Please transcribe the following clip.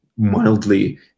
mildly